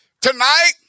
Tonight